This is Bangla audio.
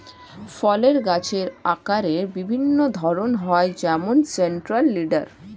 ফলের গাছের আকারের বিভিন্ন ধরন হয় যেমন সেন্ট্রাল লিডার